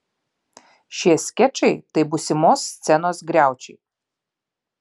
šie skečai tai būsimos scenos griaučiai